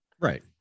Right